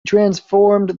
transformed